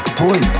boy